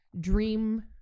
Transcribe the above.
dream